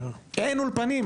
אין אולפנים.